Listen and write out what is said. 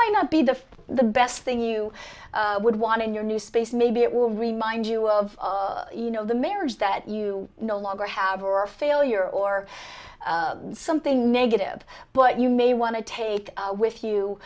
might not be the the best thing you would want in your new space maybe it will remind you of you know the marriage that you no longer have or failure or something negative but you may want to take with you